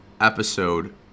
episode